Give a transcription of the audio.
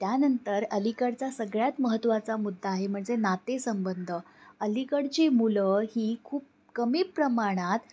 त्यानंतर अलीकडचा सगळ्यात महत्वाचा मुद्दा आहे म्हणजे नातेसंबंध अलीकडची मुलं ही खूप कमी प्रमाणात